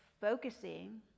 focusing